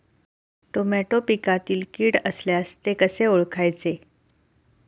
Tomato पिकातील कीड असल्यास ते कसे ओळखायचे?